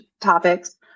topics